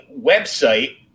website